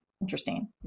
interesting